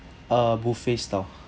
uh buffet style